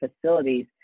facilities